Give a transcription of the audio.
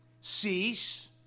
cease